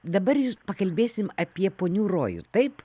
dabar pakalbėsim apie ponių rojų taip